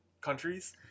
countries